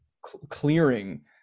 clearing